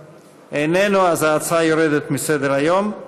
איננו, אז ההצעה יורדת מסדר-היום.